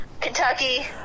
Kentucky